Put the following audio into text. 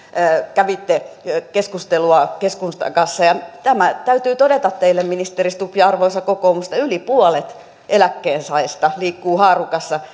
kävitte keskustelua keskustan kanssa ja tämä täytyy todeta teille ministeri stubb ja arvoisa kokoomus että yli puolet eläkkeensaajista liikkuu haarukassa